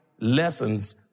lessons